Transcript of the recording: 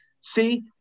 See